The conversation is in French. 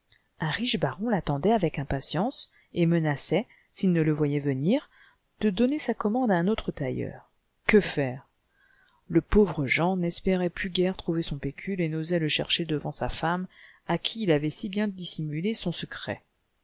un riche baronl'attendaitavecimpatienceet menaçait sïlne le voyait venir de donner sa commande à un autre tailleur que faire le pauvre jean n'espérait plus guère trouver son pécule et n'osait le chercher devant sa femme à qui il avait si bien dissimulé son sjcret